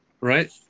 Right